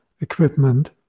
equipment